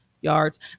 yards